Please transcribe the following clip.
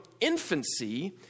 infancy